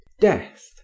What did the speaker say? death